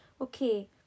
Okay